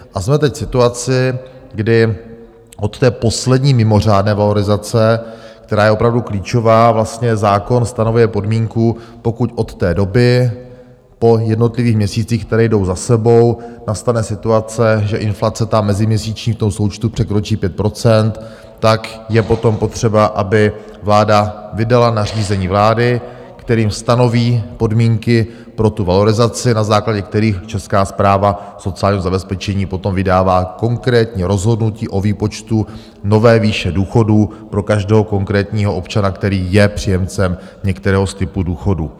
A jsme teď situaci, kdy od té poslední mimořádné valorizace, která je opravdu klíčová, vlastně zákon stanovuje podmínku, pokud od té doby, po jednotlivých měsících, které jdou za sebou, nastane situace, že inflace, ta meziměsíční v tom součtu, překročí 5 %, tak je potom potřeba, aby vláda vydala nařízení vlády, kterým stanoví podmínky pro tu valorizaci, na základě kterých Česká správa sociálního zabezpečení potom vydává konkrétní rozhodnutí o výpočtu nové výše důchodů pro každého konkrétního občana, který je příjemcem některého z typu důchodů.